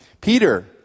Peter